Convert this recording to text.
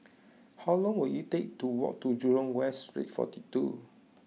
how long will it take to walk to Jurong West Street forty two